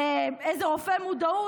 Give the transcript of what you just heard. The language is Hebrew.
איזה רופא מודעות,